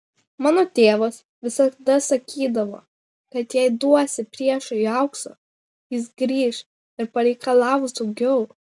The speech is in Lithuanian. mano tėvas visada sakydavo kad jei duosi priešui aukso jis grįš ir pareikalaus daugiau